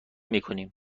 میکنیم